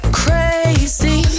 crazy